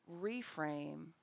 reframe